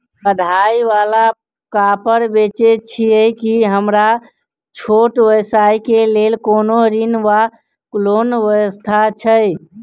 कढ़ाई वला कापड़ बेचै छीयै की हमरा छोट व्यवसाय केँ लेल कोनो ऋण वा लोन व्यवस्था छै?